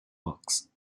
books